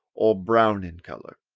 or brown in colour.